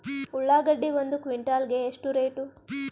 ಉಳ್ಳಾಗಡ್ಡಿ ಒಂದು ಕ್ವಿಂಟಾಲ್ ಗೆ ಎಷ್ಟು ರೇಟು?